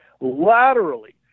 laterally